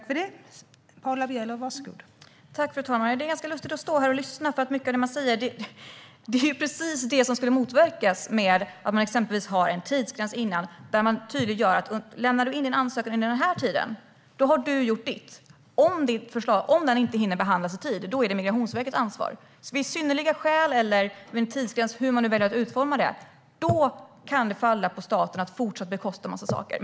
Fru talman! Det är ganska lustigt att stå här och lyssna, för mycket av det som sägs skulle motverkas av att man har en tidsgräns som tydliggör att om man har lämnat in sin ansökan i tid har man gjort sitt, och om den inte hinner behandlas i tid är det Migrationsverkets ansvar. Vid synnerliga skäl eller vid en tidsgräns - hur man nu väljer att utforma det - kan det åligga staten att fortsätta att bekosta en massa saker.